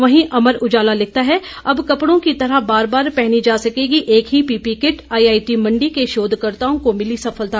वहीं अमर उजाला लिखता है अब कपड़ों की तरह बार बार पहनी जा सकेगी एक ही पीपीई किट आईआईटी मंडी के शोधकर्ताओं को मिली सफलता